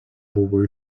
buvo